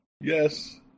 Yes